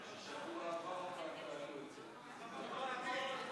ההצבעה היא